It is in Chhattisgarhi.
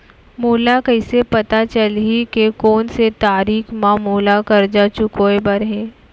मोला कइसे पता चलही के कोन से तारीक म मोला करजा चुकोय बर हे?